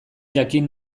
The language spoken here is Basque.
jakin